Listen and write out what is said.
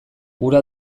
hura